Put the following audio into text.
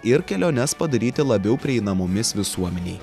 ir keliones padaryti labiau prieinamomis visuomenei